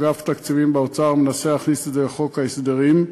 אגף תקציבים באוצר מנסה להכניס את זה לחוק ההסדרים,